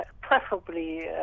preferably